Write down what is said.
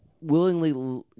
willingly